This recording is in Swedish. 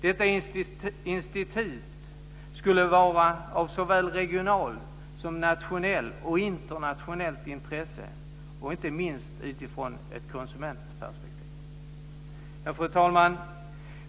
Detta institut skulle vara av såväl regionalt som nationellt och internationellt intresse - inte minst utifrån ett konsumentperspektiv. Fru talman!